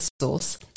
Source